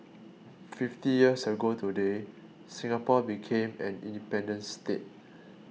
fifty years ago today Singapore became an independent state